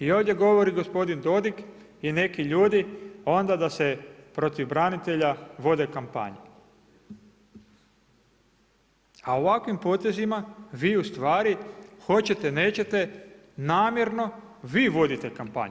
I ovdje govori gospodin Dodig i neki ljudi onda da se protiv branitelja vode kampanje, a u ovakvim potezima vi ustvari hoćete-nećete namjerno vi vodite kampanju.